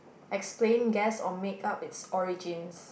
explain guess or make up it's origins